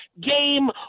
game